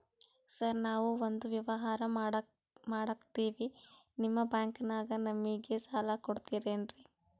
Sir ನಾವು ಒಂದು ವ್ಯವಹಾರ ಮಾಡಕ್ತಿವಿ ನಿಮ್ಮ ಬ್ಯಾಂಕನಾಗ ನಮಿಗೆ ಸಾಲ ಕೊಡ್ತಿರೇನ್ರಿ?